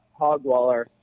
Hogwaller